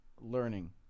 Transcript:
learning